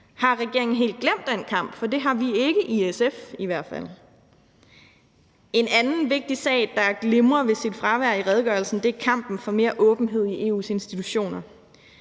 Har regeringen helt glemt den kamp? For det har vi i hvert fald ikke i SF. En anden vigtig sag, der glimrer ved sit fravær i redegørelsen, er kampen for mere åbenhed i EU's institutioner.